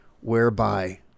whereby